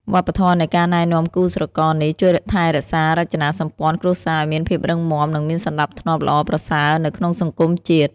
វប្បធម៌នៃការណែនាំគូស្រករនេះ ជួយថែរក្សារចនាសម្ព័ន្ធគ្រួសារឱ្យមានភាពរឹងមាំ និងមានសណ្តាប់ធ្នាប់ល្អប្រសើរនៅក្នុងសង្គមជាតិ។